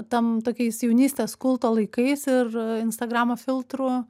tam tokiais jaunystės kulto laikais ir instagramo filtrų